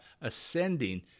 ascending